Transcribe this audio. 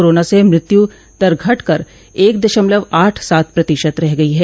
corona से मृत्यु दर घटकर एक दशमलव आठ सात प्रतिशत रह गई है